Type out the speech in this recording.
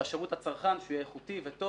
של השירות לצרכן שהוא יהיה איכותי, טוב